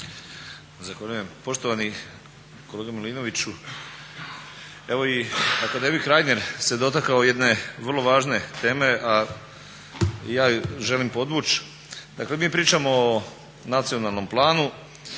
Zahvaljujem. Poštovani kolega Milinoviću evo i akademik Reiner se dotakao jedne vrlo važne teme a i ja ju želim podvući. Dakle mi pričamo o nacionalnom planu,